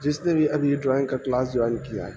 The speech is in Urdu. جس نے بھی اب یہ ڈرائنگ کا کلاس جوائن کیا ہے